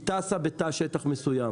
היא טסה בתא שטח מסוים.